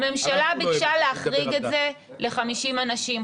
הממשלה ביקשה להחריג את זה ל-50 אנשים.